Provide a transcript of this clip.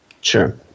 Sure